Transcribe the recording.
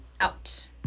Out